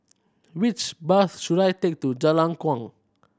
which bus should I take to Jalan Kuang